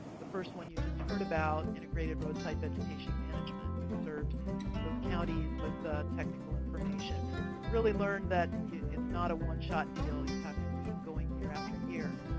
the first one you just heard about, integrated roadside vegetation management. we've served those counties with technical information and really learned that yeah it's not a one-shot deal. you have to keep going year after year.